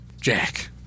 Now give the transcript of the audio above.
Jack